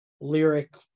lyric